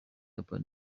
urban